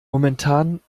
momentan